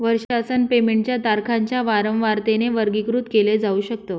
वर्षासन पेमेंट च्या तारखांच्या वारंवारतेने वर्गीकृत केल जाऊ शकत